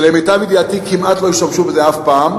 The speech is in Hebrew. שלמיטב ידיעתי כמעט לא השתמשו בזה אף פעם,